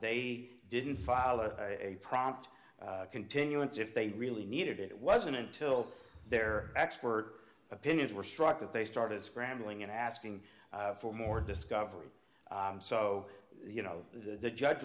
they didn't file a prompt continuance if they really needed it it wasn't until their expert opinions were struck that they started scrambling and asking for more discovery so you know the judge